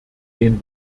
den